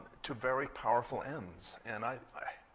to very powerful ends. and i